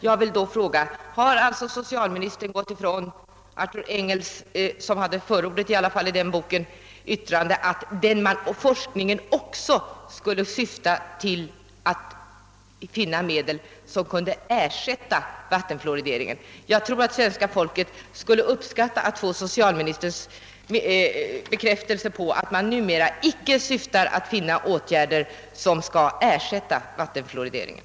Jag vill fråga om socialministern frångått uttalandet av Arthur Engel, vilken hade skrivit förordet till den tidigare nämnda boken, att man i forskningen också skall syfta till att finna medel som kan ersätta vattenfluoridering. Jag tror att svenska folket skulle uppskatta att få en bekräftelse från socialministern på att man numera inte syftar till att finna åtgärder som skall ersätta vattenfluorideringen.